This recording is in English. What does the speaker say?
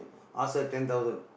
ask her ten thousand